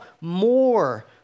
more